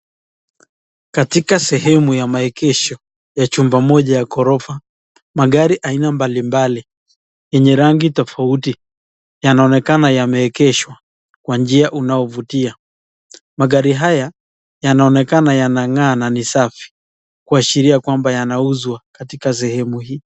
Katika chumba ya maegesho ya chumba moja ya ghorofa magari aina mbalimbali yenye rangi tofauti yanaonekana yameegeshwa kwa njia unaovutia. Magari haya yanaonekana yanang'aa na ni safi kuashiria kwamba yanauzwa katika sehemu hii.